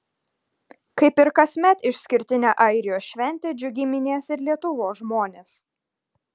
kaip ir kasmet išskirtinę airijos šventę džiugiai minės ir lietuvos žmonės